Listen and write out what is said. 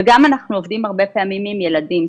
אנחנו גם עובדים הרבה פעמים עם ילדים,